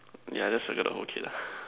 yeah just circle the whole kid lah